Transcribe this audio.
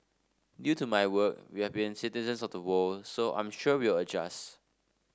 due to my work we have been citizens of the world so I'm sure we'll adjust